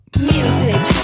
Music